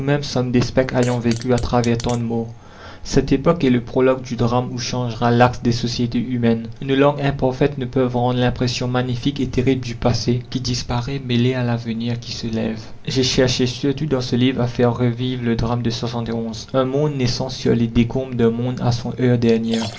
ayant vécu à travers tant de morts la commune cette époque est le prologue du drame où changera l'axe des sociétés humaines nos langues imparfaites ne peuvent rendre l'impression magnifique et terrible du passé qui disparaît mêlé à l'avenir qui se lève j'ai cherché surtout dans ce livre à faire revivre le drame de n monde naissant sur les décombres d'un monde à son